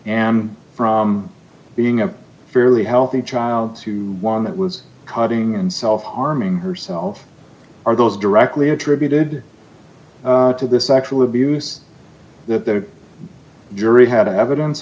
and from being a fairly healthy child to one that was cutting and self harming herself are those directly attributed to this actual abuse that the jury had of evidence